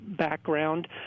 background